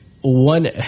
One